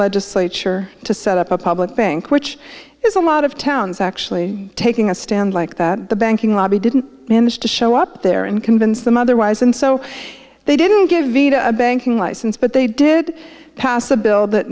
legislature to set up a public bank which is a lot of towns actually taking a stand like that the banking lobby didn't manage to show up there and convince them otherwise and so they didn't give a banking license but they did pass a bill that